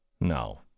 No